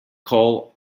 call